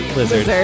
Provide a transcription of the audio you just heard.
lizard